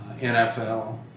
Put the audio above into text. NFL